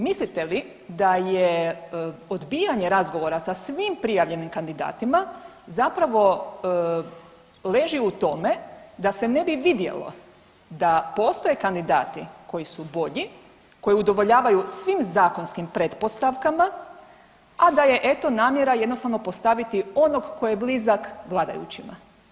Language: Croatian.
Mislite li da je odbijanje razgovora sa svim prijavljenim kandidatima zapravo leži u tome da se ne bi vidjelo da postoje kandidati koji su bolji, koji udovoljavaju svim zakonskim pretpostavkama, a da je eto namjera jednostavno postaviti onog ko je blizak vladajućima?